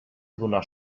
donar